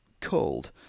cold